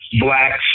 blacks